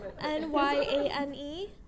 N-Y-A-N-E